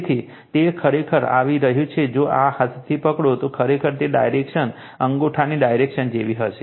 તેથી તે ખરેખર આવી રહ્યું છે જો તેનો હાથથી પકડો તો ખરેખર તેની ડાયરેક્શન અંગૂઠાની ડાયરેક્શન જેવી હશે